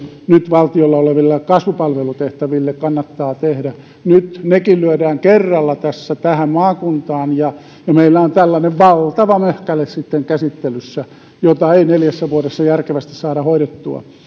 nyt valtiolla oleville kasvupalvelutehtäville kannattaa tehdä nyt nekin lyödään kerralla maakuntaan ja meillä on tällainen valtava möhkäle sitten käsittelyssä jota ei neljässä vuodessa järkevästi saada hoidettua